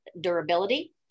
durability